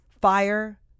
fire